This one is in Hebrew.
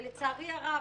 ולצערי הרב,